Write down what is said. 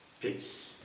peace